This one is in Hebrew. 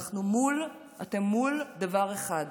אתם מול דבר אחד: